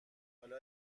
حالا